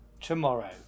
tomorrow